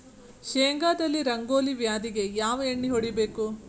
ಶೇಂಗಾದಲ್ಲಿ ರಂಗೋಲಿ ವ್ಯಾಧಿಗೆ ಯಾವ ಎಣ್ಣಿ ಹೊಡಿಬೇಕು?